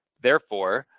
therefore,